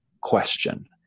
question